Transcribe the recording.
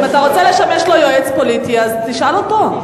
אם אתה רוצה לשמש לו יועץ פוליטי, תשאל אותו.